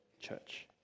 church